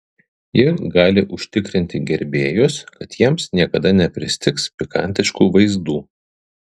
ji gali užtikrinti gerbėjus kad jiems niekada nepristigs pikantiškų vaizdų